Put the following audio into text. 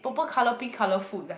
purple colour pink colour food like